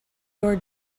your